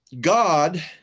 God